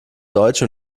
deutsche